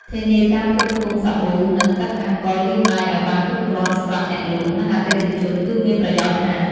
ធានាការផ្គត់ផ្គង់សាប៊ូ និងទឹកអាកុលលាងដៃឱ្យបានគ្រប់គ្រាន់សម្រាប់អ្នកលក់ និងអតិថិជនគឺមានប្រយោជន៍ណាស់។